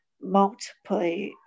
multiply